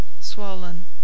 swollen